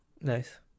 Nice